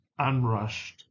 unrushed